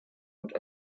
und